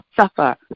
suffer